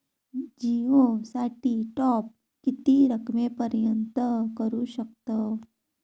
जिओ साठी टॉप किती रकमेपर्यंत करू शकतव?